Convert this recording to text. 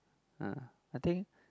uh I think